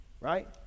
right